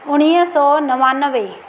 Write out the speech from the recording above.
उणिवीह सौ नवानवें